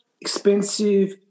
expensive